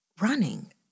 running